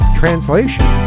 translation